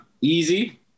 easy